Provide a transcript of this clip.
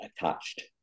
attached